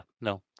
No